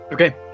Okay